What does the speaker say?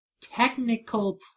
technical